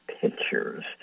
pictures